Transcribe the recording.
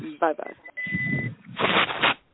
Bye-bye